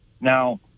now